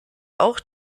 auch